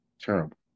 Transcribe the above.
Terrible